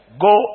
Go